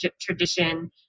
tradition